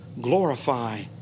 glorify